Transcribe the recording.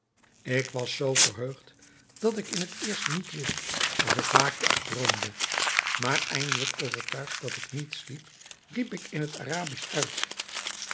ik was zoo verheugd dat ik in het eerst niet wist of ik waakte of droomde maar eindelijk overtuigd dat ik niet sliep riep ik in het arabisch uit